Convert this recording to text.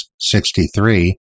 63